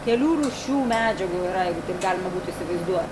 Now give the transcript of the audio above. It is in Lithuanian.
kelių rūšių medžiagų yra jeigu taip galima būtų įsivaizduot